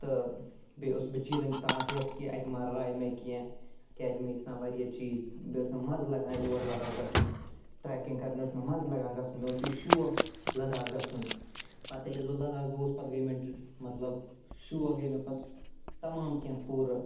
تہٕ بیٚیہِ اوسُس بہٕ چیٖزَن تہِ تھاوان ہیٚس کہِ اَتہِ ما رایہِ مےٚ کیٚنٛہہ کیٛازِ مےٚ ٲسۍ آسان واریاہ چیٖز بیٚیہِ اوس مےٚ مَزٕ لَگان اور لَداخ گژھُن ٹرٛیٚکِنٛگ کرٕنۍ اوس مےٚ مَزٕ لَگان گژھُن مےٚ اوس یہِ شوق لداخ گژھُن پتہٕ ییٚلہِ حظ بہٕ لداخ گوس پتہٕ گٔے مےٚ مطلب شوق گٔے مےٚ پتہٕ تمام کیٚنٛہہ پوٗرٕ